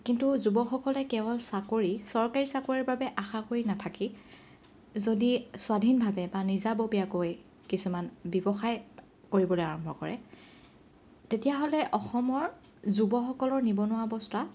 কিন্তু যুৱকসকলে কেৱল চাকৰি চৰকাৰী চাকৰিৰ বাবে আশা কৰি নাথাকি যদি স্বাধীনভাৱে বা নিজাববীয়াকৈ কিছুমান ব্যৱসায় কৰিবলৈ আৰম্ভ কৰে তেতিয়াহ'লে অসমৰ যুৱকসকলৰ নিবনুৱা অৱস্থা